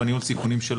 בניהול הסיכונים שלו,